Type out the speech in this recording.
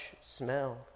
smell